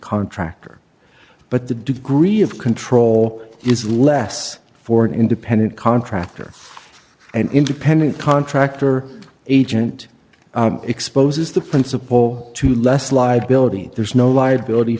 contractor but the degree of control is less for an independent contractor an independent contractor agent exposes the principle to less liability and there's no liability